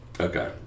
Okay